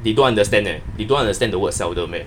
they don't understand eh you don't understand the word seldom eh